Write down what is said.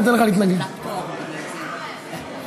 והיא עוברת להמשך דיון והכנה בוועדת העבודה,